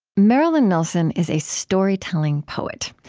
marilyn nelson is a storytelling poet.